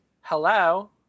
Hello